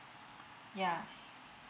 yeah